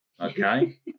Okay